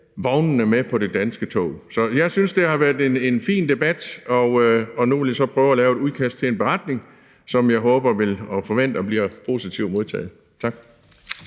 vognene med på det danske tog. Så jeg synes, det har været en fin debat, og nu vil jeg så prøve at lave et udkast til en beretning, som jeg håber og forventer vil blive positivt modtaget. Tak.